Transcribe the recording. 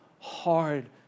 hard